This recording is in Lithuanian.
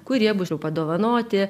kurie bus jau padovanoti